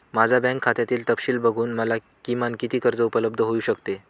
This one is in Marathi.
माझ्या बँक खात्यातील तपशील बघून मला किमान किती कर्ज उपलब्ध होऊ शकते?